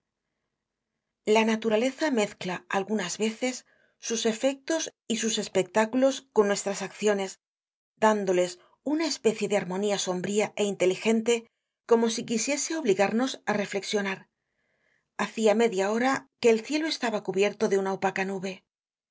la naturaleza mezcla algunas veces sus efectos y sus espectáculos con nuestras acciones dádoles una especie de armonía sombría é inteligente como si quisiese obligarnos á reflexionar hacia media hora que el cielo estaba cubierto de una opaca nube